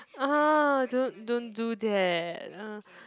ah don't don't do that uh